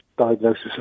diagnosis